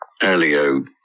elio